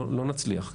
לא נצליח,